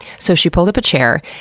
so she pulled up a chair,